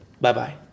Bye-bye